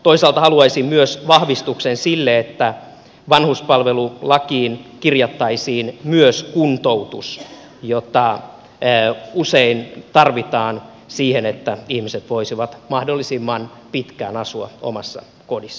toisaalta haluaisin myös vahvistuksen sille että vanhuspalvelulakiin kirjattaisiin myös kuntoutus jota usein tarvitaan siihen että ihmiset voisivat mahdollisimman pitkään asua omassa kodissa